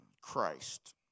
Christ